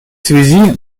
связи